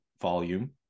volume